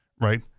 right